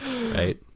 right